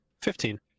Fifteen